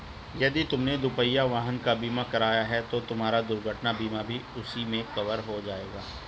यदि तुमने दुपहिया वाहन का बीमा कराया है तो तुम्हारा दुर्घटना बीमा भी उसी में कवर हो जाएगा